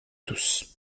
tousse